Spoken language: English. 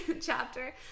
chapter